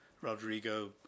Rodrigo